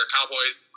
Cowboys